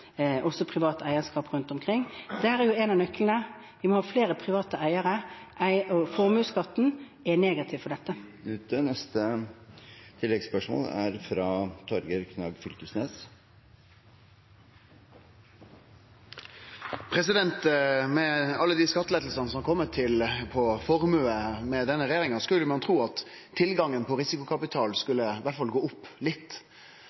også privat eierskap rundt omkring. Dette er jo en av nøklene! Vi må ha flere private eiere, og formuesskatten er negativ for dette. Torgeir Knag Fylkesnes – til oppfølgingsspørsmål. Med alle dei skattelettane som har kome på formuer med denne regjeringa, skulle ein tru at tilgangen på risikokapital i alle fall skulle gått opp litt.